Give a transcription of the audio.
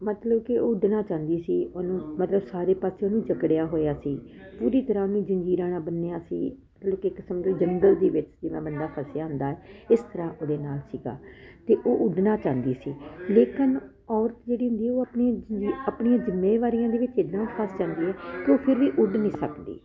ਮਤਲਬ ਕਿ ਉੱਡਣਾ ਚਾਹੁੰਦੀ ਸੀ ਉਹਨੂੰ ਮਤਲਬ ਸਾਰੇ ਪਾਸੇ ਉਹਨੂੰ ਜਕੜਿਆ ਹੋਇਆ ਸੀ ਪੂਰੀ ਤਰਾਂ ਉਹਨੂੰ ਜੰਗੀਰਾ ਨਾਲ ਬੰਨਿਆ ਸੀ ਮਤਲਵ ਕੀ ਇੱਕ ਕਿਸਮ ਦੇ ਜੰਗਲ ਦੇ ਵਿੱਚ ਜਿੱਦਾਂ ਬੰਦਾ ਫਸਿਆ ਹੁੰਦਾ ਇਸ ਤਰਾਂ ਉਹਦੇ ਨਾਲ ਸੀਗਾ ਤੇ ਉਹ ਉੱਡਣਾ ਚਾਹੁੰਦੀ ਸੀ ਲੇਕਿਨ ਔਰਤ ਜਿਹੜੀ ਹੁੰਦੀ ਉਹ ਆਪਣੀ ਜਿੰਮੇਵਾਰੀਆਂ ਦੀ ਵਿਚ ਇਦਾਂ ਫਸ ਜਾਂਦੀ ਹ ਤੇ ਫਿਰ ਵੀ ਉੱਡ ਨਹੀਂ ਸਕਦੀ